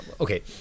okay